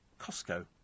Costco